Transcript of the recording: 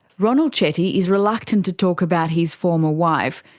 ronald chetty is reluctant to talk about his former wife.